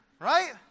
Right